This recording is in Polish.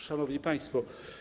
Szanowni Państwo!